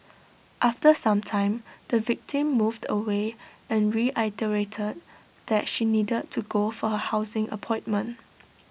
after some time the victim moved away and reiterated that she needed to go for her housing appointment